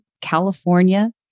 California